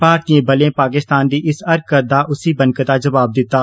भारती बलें पाकिस्तान दी इस हरकत दा उसी बनकदा जवाब दित्ता